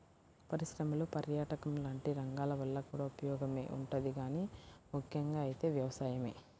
పరిశ్రమలు, పర్యాటకం లాంటి రంగాల వల్ల కూడా ఉపయోగమే ఉంటది గానీ ముక్కెంగా అయితే వ్యవసాయమే